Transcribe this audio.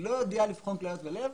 לא יודע לבחון כליות ולב.